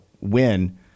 win